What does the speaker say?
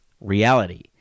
reality